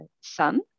son